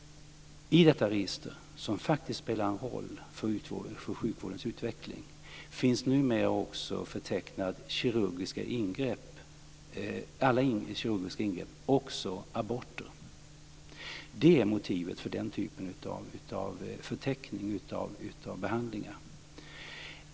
I detta register, som faktiskt spelar en roll för sjukvårdens utveckling, finns numera också alla kirurgiska ingrepp förtecknade, även aborter. Det är motivet för den typen av förteckning av behandlingar.